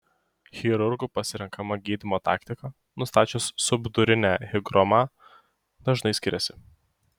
chirurgų pasirenkama gydymo taktika nustačius subdurinę higromą dažnai skiriasi